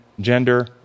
gender